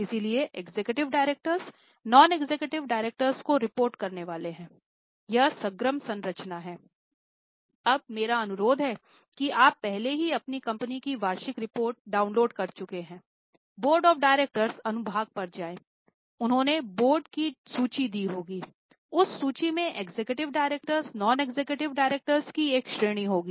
इसलिए एग्जीक्यूटिवडायरेक्टर की एक श्रेणी होगी